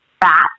fat